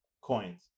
coins